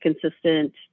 consistent